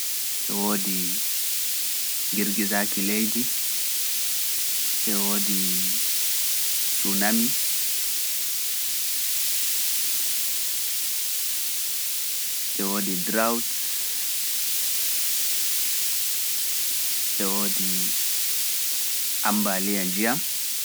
E woodi girgisaaki leydi, e woodi tsunami, e woodi drought, e woodi ammba liya njiyam,